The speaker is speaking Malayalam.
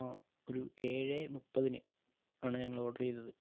ആ ഒരു ഏഴ് മുപ്പതിന് ആണ് ഞങ്ങള് ഓർഡറ് ചെയ്തത്